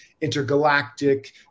intergalactic